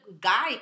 guy